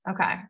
Okay